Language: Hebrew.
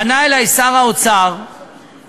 פנה אלי שר האוצר במכתב,